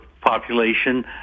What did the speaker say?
population